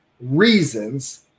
reasons